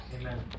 Amen